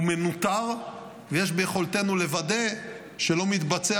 הוא מנוטרף ויש ביכולתנו לוודא שלא מתבצע